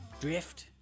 Drift